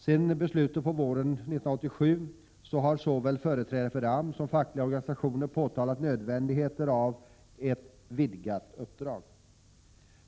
Sedan beslutet fattades på våren 1987 har såväl företrädare för AMS som för fackliga organisationer påtalat nödvändigheten av ett vidgat uppdrag.